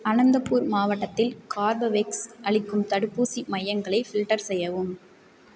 அனந்தபூர் மாவட்டத்தில் கார்பவேக்ஸ் அளிக்கும் தடுப்பூசி மையங்களை ஃபில்டர் செய்யவும்